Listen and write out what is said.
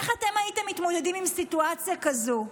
איך אתם הייתם מתמודדים עם סיטואציה כזאת?